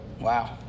Wow